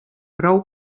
prou